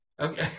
Okay